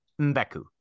Mbaku